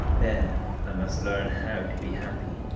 then i must learn how to be happy.